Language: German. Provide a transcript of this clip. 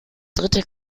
dritte